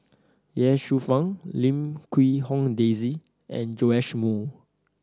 Ye Shufang Lim Quee Hong Daisy and Joash Moo